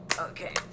Okay